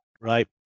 right